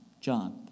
John